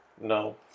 No